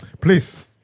please